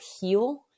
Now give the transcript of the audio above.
heal